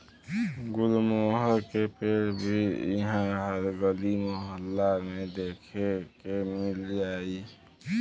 गुलमोहर के पेड़ भी इहा हर गली मोहल्ला में देखे के मिल जाई